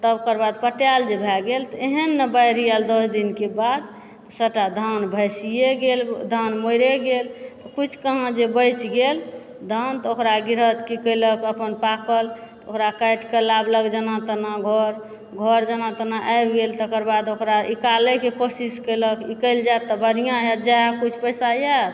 तकर बाद पटैल जे भए गेल तऽ एहन ने बाढ़ि आयल दस दिन के बाद सभटा धान भैसिये गेल धान मरिये गेल किछु कहऽ जे बचि गेल तऽ ओकरा गिरहत की कयलक अपन पाकल तऽ ओकरा काटि के लाबलक जेना तेना घर घर जेना तेना आबि गेल तकर बाद ओकरा निकालय के कोशिस केलक ई कयल जायत तऽ बढ़िया हैत कुछ पैसा आयत